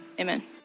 amen